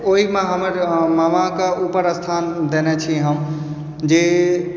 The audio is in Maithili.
ओहिमे हमर मामाके उपर स्थान देने छी हम जे